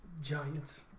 Giants